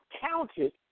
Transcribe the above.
counted